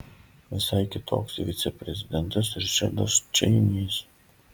visai kitoks viceprezidentas ričardas čeinis